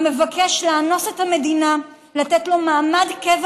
המבקש לאנוס את המדינה לתת לו מעמד קבע